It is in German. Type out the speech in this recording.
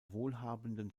wohlhabenden